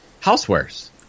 housewares